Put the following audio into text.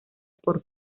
por